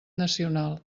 nacional